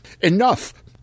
enough